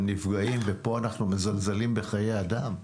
הם נפגעים וכאן אנחנו מזלזלים בחיי אדם?